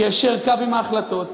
יישר קו עם ההחלטות,